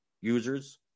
users